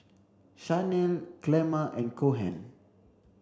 Shanell Clemma and Cohen